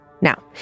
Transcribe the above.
Now